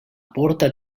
porta